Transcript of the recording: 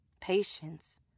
Patience